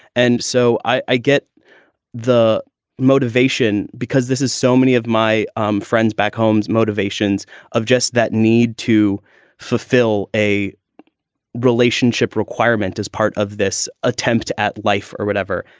and so i get the motivation because this is so many of my um friends back homes, motivations of just that need to fulfill a relationship requirement as part of this attempt at life or whatever.